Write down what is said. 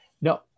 no